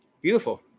beautiful